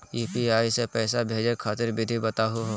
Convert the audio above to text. UPI स पैसा भेजै खातिर विधि बताहु हो?